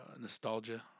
nostalgia